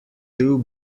two